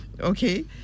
Okay